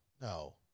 no